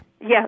Yes